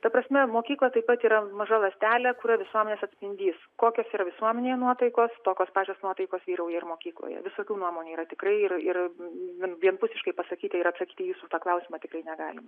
ta prasme mokykla taip pat yra maža ląstelė kur yra visuomenės atspindys kokios yra visuomenėj nuotaikos tokios pačios nuotaikos vyrauja ir mokykloje visokių nuomonių yra tikrai yra ir vienpusiškai pasakyti ir atsakyti į jūsų tą klausimą tikrai negalima